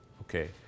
Okay